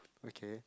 okay